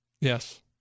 Yes